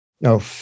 no